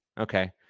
Okay